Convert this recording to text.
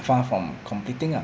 far from completing ah